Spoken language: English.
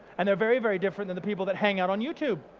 and they're very very different than the people that hang out on youtube.